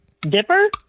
dipper